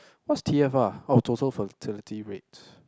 what's T_F_R oh total fertility rate